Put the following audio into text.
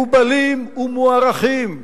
מקובלים ומוערכים,